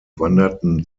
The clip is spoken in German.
wanderten